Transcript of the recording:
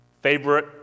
favorite